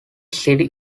city